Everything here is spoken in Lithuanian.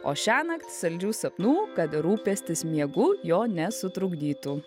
o šiąnakt saldžių sapnų kad rūpestis miegu jo nesutrukdytų